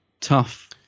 tough